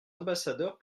ambassadeurs